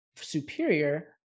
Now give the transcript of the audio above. superior